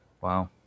Wow